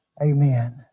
Amen